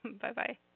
Bye-bye